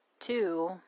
Two